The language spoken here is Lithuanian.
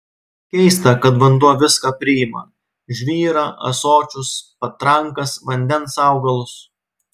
keista kad vanduo viską priima žvyrą ąsočius patrankas vandens augalus